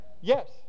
Yes